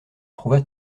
trouva